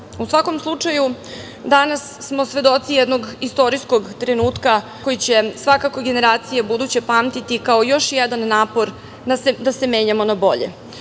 svakom slučaju, danas smo svedoci jednog istorijskog trenutka koji će svakako buduće generacije pamtiti kao još jedan napor da se menjamo na bolje.